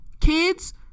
kids